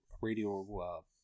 Radio